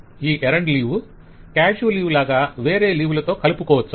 ఈ ఎరండు leave casual leave లాగా వేరే లీవ్ లతో కలుపుకోవచ్చా